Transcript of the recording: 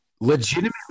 legitimately